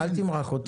אל תמרח אותי.